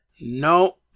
No